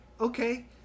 okay